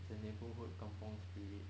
it's a neighbourhood kampung spirit